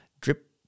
drip